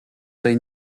tej